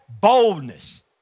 Boldness